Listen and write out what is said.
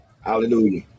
Hallelujah